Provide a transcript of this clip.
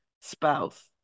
spouse